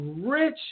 rich